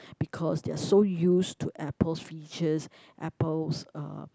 because they are so used to Apple features Apple's uh